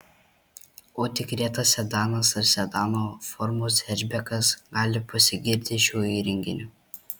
o tik retas sedanas ar sedano formos hečbekas gali pasigirti šiuo įrenginiu